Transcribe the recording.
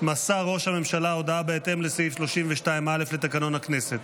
מסר ראש הממשלה הודעה בהתאם לסעיף 32(א) לתקנון הכנסת.